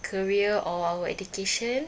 career or our education